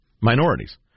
minorities